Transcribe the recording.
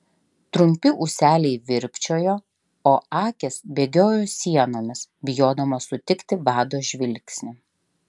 trumpi ūseliai virpčiojo o akys bėgiojo sienomis bijodamos sutikti vado žvilgsnį